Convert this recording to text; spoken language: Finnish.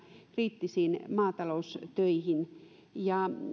kriittisiin maataloustöihin ja